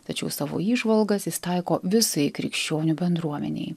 tačiau savo įžvalgas jis taiko visai krikščionių bendruomenei